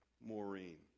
Maureen